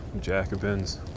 Jacobins